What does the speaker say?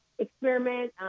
experiment